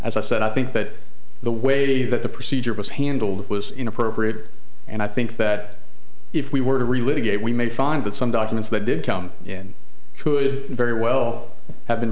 s i said i think that the way that the procedure was handled was inappropriate and i think that if we were to relive again we may find that some documents that did come in could very well have been